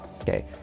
Okay